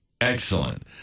Excellent